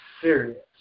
serious